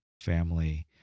family –